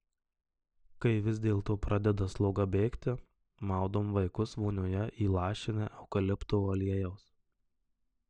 kai vis dėlto pradeda sloga bėgti maudom vaikus vonioje įlašinę eukalipto aliejaus